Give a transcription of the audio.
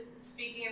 speaking